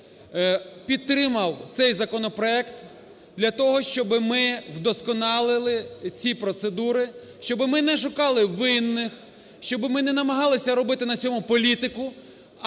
підтримав цей законопроект для того, щоби ми вдосконалили ці процедури, щоби ми не шукали винних, щоби ми не намагалися робити на цьому політику,